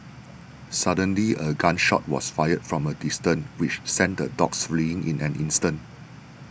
suddenly a gun shot was fired from a distance which sent the dogs fleeing in an instant